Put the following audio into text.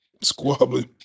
squabbling